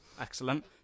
Excellent